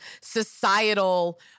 societal